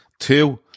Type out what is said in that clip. Two